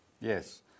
Yes